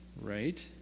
right